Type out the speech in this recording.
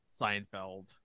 Seinfeld